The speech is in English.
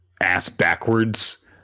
ass-backwards